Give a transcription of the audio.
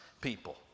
people